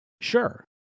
Sure